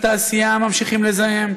בתעשייה ממשיכים לזהם.